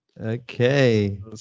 Okay